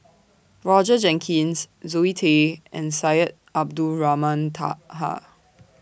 Roger Jenkins Zoe Tay and Syed Abdulrahman Taha